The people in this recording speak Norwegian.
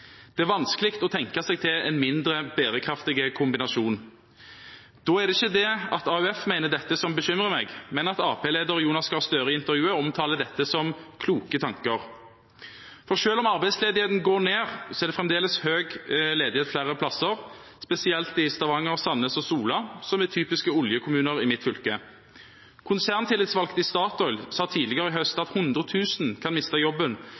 Det er vanskelig å tenke seg en mindre bærekraftig kombinasjon. Da er det ikke at AUF mener dette som bekymrer meg, men at Arbeiderparti-leder Gahr Støre i intervjuet omtaler det som kloke tanker. For selv om arbeidsledigheten går ned, er det fremdeles høy ledighet flere plasser, spesielt i Stavanger, Sandnes og Sola, som er typiske oljekommuner i mitt fylke. Konserntillitsvalgt i Statoil sa tidligere i høst at 100 000 kan miste jobben